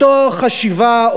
אותה חשיבה,